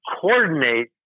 coordinate